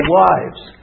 wives